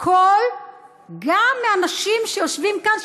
קול גם מאנשים שיושבים כאן,